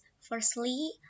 Firstly